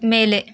ಮೇಲೆ